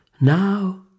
Now